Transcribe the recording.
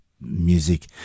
music